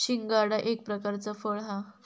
शिंगाडा एक प्रकारचा फळ हा